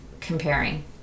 comparing